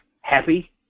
happy